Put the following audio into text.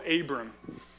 Abram